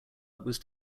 was